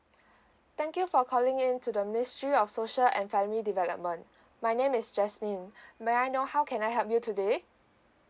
thank you for calling in to the ministry of social and family development my name is jasmine may I know how can I help you today